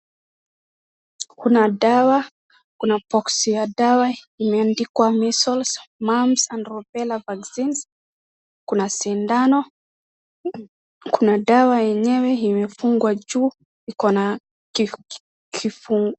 Kuna dawa, kuna box ya dawa imeandikwa measles mumps and rubella Vaccines kuna sindano, kuna na dawa yenyewe imefungwa juu iko na kifuniko.